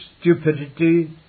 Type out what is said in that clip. stupidity